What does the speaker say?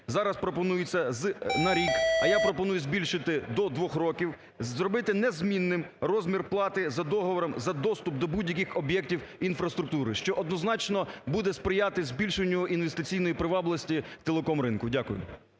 зараз пропонується на рік, а я пропоную збільшити до двох років, зробити незмінним розмір плати за договором, за доступ до будь-яких об'єктів інфраструктури, що однозначно буде сприяти збільшенню інвестиційної привабливості телекомринку. Дякую.